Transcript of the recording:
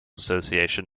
association